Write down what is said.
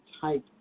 type